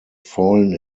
fallen